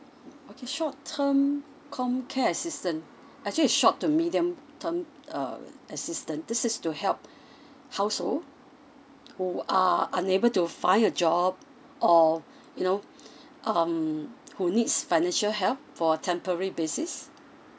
okay short term comcare assistant actually it's short to medium term uh assistant this is to help household who are unable to find a job or you know um who needs financial help for temporary basis